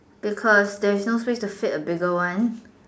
because there is no place to fit bigger one